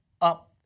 up